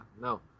No